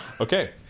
Okay